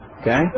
okay